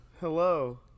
Hello